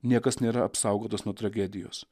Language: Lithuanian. niekas nėra apsaugotas nuo tragedijos